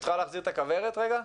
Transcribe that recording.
את יכולה להחזיר את הכוורת, רגע?